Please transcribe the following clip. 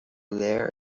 léir